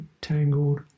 tangled